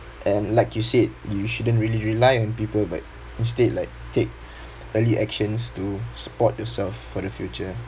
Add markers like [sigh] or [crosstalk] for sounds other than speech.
and like you said you shouldn't really rely on people but instead like take [breath] early actions to support yourself for the future